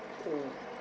mm